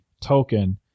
token